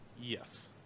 Yes